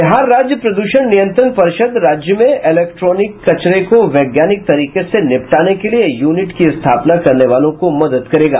बिहार राज्य प्रदूषण नियंत्रण परिषद राज्य में इलेक्ट्रोनिक कचरे को वैज्ञानिक तरीके से निपटाने के लिये यूनिट की स्थापना करने वालों को मदद करेगा